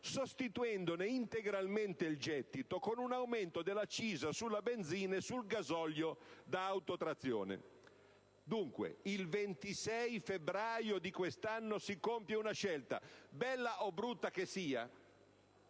sostituendone integralmente il gettito con un aumento dell'accisa sulla benzina e sul gasolio da autotrazione. Dunque, il 26 febbraio di quest'anno si compie una scelta, bella o brutta che sia,